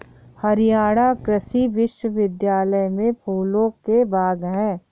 हरियाणा कृषि विश्वविद्यालय में फूलों के बाग हैं